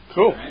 Cool